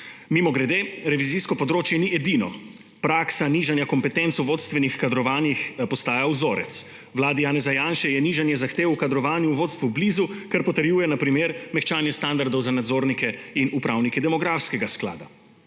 Mimogrede, revizijsko področje ni edino. Praksa nižanja kompetenc v vodstvenih kadrovanjih postaja vzorec. Vladi Janeza Janše je nižanje zahtev o kadrovanju v vodstvu blizu, kar potrjuje na primer mehčanje standardov za nadzornike in upravnike Demografskega sklada.